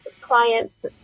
clients